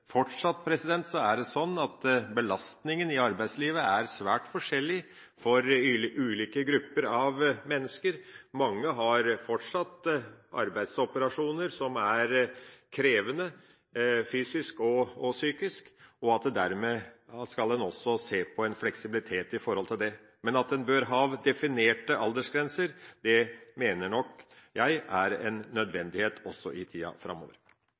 Fortsatt er det sånn at belastninga i arbeidslivet er svært forskjellig for ulike grupper av mennesker. Mange har fortsatt arbeidsoperasjoner som er krevende fysisk og psykisk, og dermed skal en også se på en fleksibilitet i forhold til det. Men at en bør ha definerte aldersgrenser, mener nok jeg er en nødvendighet også i tida framover.